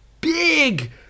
big